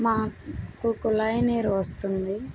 మాకు కొళాయి నీరు వస్తుంది